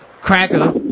Cracker